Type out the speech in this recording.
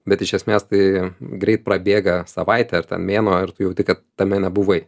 bet iš esmės tai greit prabėga savaitė mėnuo ir tu jauti kad tame nebuvai